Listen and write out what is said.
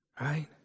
Right